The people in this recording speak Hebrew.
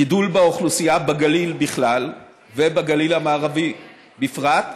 גידול באוכלוסייה בגליל בכלל ובגליל המערבי בפרט,